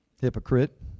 Hypocrite